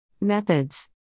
Methods